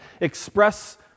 express